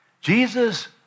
Jesus